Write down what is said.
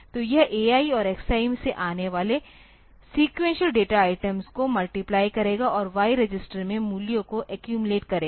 तो यह ai और xi से आने वाले सक्सेसिव डेटा आइटम को मल्टीप्लय करेगा और y रजिस्टर में मूल्यों को एक्यूमिलेट करेगा